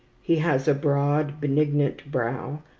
he has a broad benignant brow,